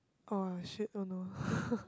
oh shit oh no